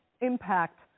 impact